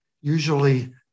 usually